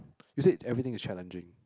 you said everything is challenging